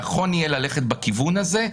נכון יהיה ללכת בכיוון הזה.